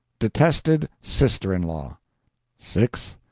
detested sister-in-law six.